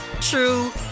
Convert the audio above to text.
true